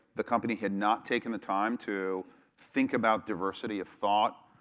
the company had not taking the time to think about diversity of thought,